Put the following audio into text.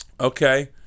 Okay